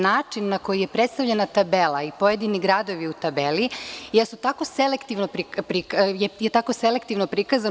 Način na koji je predstavljena tabela i pojedini gradovi u tabeli je tako selektivno prikazan.